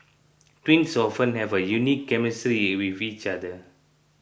twins often have a unique chemistry with each other